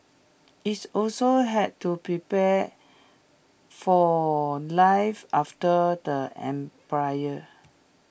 IT also had to prepare for life after the empire